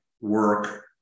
work